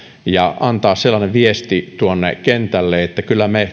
ja antaa sellainen viesti tuonne kentälle että kyllä me